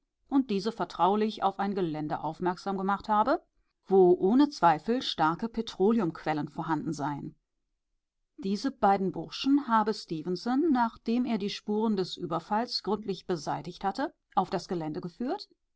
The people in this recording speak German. und diese vertraulich auf ein gelände aufmerksam gemacht habe wo ohne zweifel starke petroleumquellen vorhanden seien diese beiden burschen habe stefenson nachdem er die spuren des überfalls gründlich beseitigt hatte auf das gelände geführt